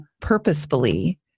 purposefully